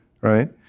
right